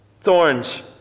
thorns